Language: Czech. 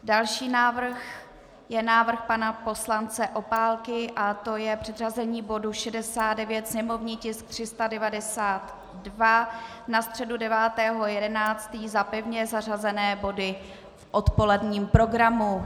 Další návrh je návrh pana poslance Opálky, a to je předřazení bodu 69, sněmovní tisk 392, na středu 9. 11. za pevně zařazené body v odpoledním programu.